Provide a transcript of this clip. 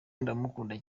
ndamukunda